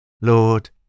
Lord